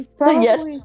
Yes